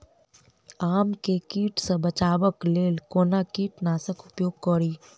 आम केँ कीट सऽ बचेबाक लेल कोना कीट नाशक उपयोग करि?